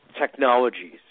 technologies